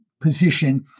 position